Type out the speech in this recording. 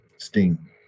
Sting